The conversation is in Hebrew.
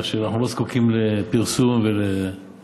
כך שאנחנו לא זקוקים לפרסום וליחצנות.